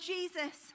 Jesus